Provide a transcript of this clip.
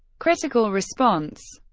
critical response